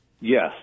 Yes